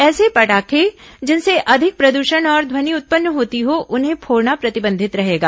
ऐसे पटाखे जिनसे अधिक प्रदूषण और ध्वनि उत्पन्न होती हो उन्हें फोड़ना प्रतिबंधित रहेगा